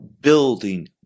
building